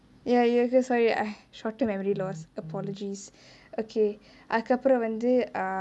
ya ya so sorry I short term memory loss apologies okay அதுக்கு அப்ரொ வந்து:athuku apro vanthu err